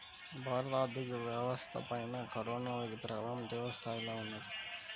భారత ఆర్థిక వ్యవస్థపైన కరోనా వ్యాధి ప్రభావం తీవ్రస్థాయిలో ఉన్నది